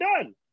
done